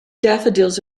daffodils